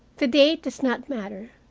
the date does not matter,